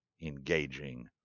engaging